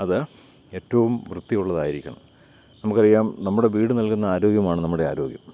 അത് ഏറ്റവും വൃത്തിയുള്ളതായിരിക്കണം നമുക്കറിയാം നമ്മുടെ വീട് നൽകുന്ന ആരോഗ്യമാണ് നമ്മുടെ ആരോഗ്യം